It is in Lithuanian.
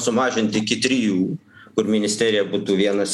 sumažinti iki trijų kur ministerija būtų vienas